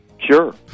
Sure